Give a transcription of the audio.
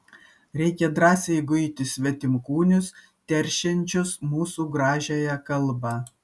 reikia drąsiai guiti svetimkūnius teršiančius mūsų gražiąją kalbą